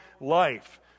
life